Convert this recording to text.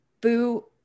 boo